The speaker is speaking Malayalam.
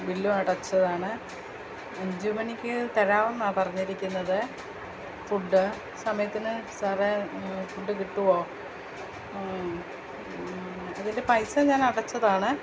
ബില്ലും അടച്ചതാണ് അഞ്ചുമണിക്കു തരാമെന്നാണ് പറഞ്ഞിരിക്കുന്നത് ഫുഡ് സമയത്തിന് സാറേ ഫുഡ് കിട്ടോ അതിന്റെ പൈസ ഞാനടച്ചതാണ്